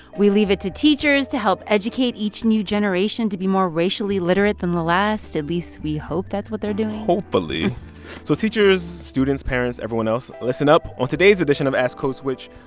we leave it to teachers to help educate each new generation to be more racially literate than the last. at least, we hope that's what they're doing hopefully so teachers, students, parents, everyone else, listen up. on today's edition of ask code switch,